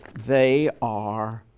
they are,